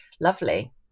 Lovely